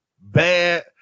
bad